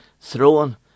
throne